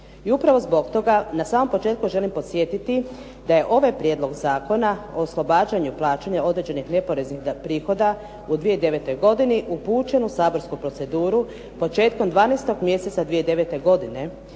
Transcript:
I upravo zbog toga, na samom početku želim podsjetiti da je ovaj prijedlog zakona o oslobađanju plaćanja određenih neporeznih prihoda u 2009. godini, upućen u saborsku proceduru, početkom 12. mjeseca 2009. godine.